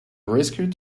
rescued